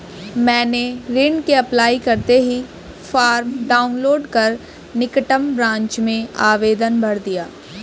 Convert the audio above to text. मैंने ऋण के अप्लाई करते ही फार्म डाऊनलोड कर निकटम ब्रांच में आवेदन भर दिया